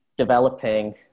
developing